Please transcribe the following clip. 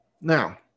now